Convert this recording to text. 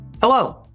Hello